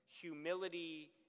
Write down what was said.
humility